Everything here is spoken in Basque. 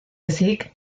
ezik